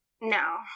No